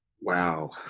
Wow